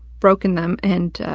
broken them, and, ah,